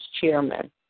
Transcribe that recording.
chairman